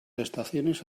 estaciones